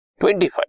25